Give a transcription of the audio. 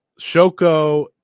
Shoko